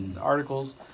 articles